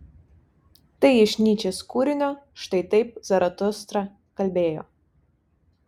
tai iš nyčės kūrinio štai taip zaratustra kalbėjo